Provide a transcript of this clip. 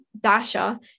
Dasha